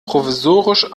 provisorisch